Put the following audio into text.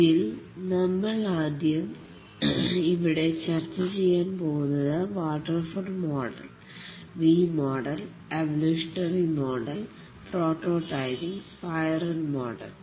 ഇതിൽ നമ്മളാദ്യം ഇവിടെ ചർച്ച ചെയ്യാൻ പോകുന്നത് waterfall model V model evolutionary model prototyping spiral model